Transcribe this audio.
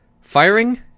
Firing